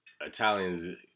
Italians